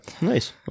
Nice